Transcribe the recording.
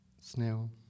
Snail